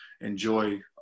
enjoy